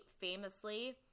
famously